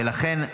ולכן,